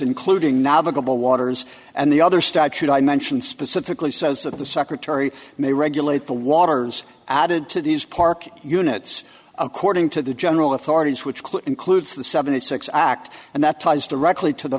including navigable waters and the other statute i mentioned specifically says that the secretary may regulate the water added to these park units according to the general authorities which includes the seventy six act and that ties directly to the